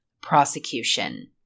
prosecution